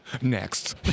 next